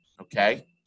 okay